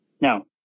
Now